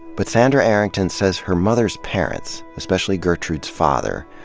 but sandra arrington says her mother's parents, especially gertrude's father,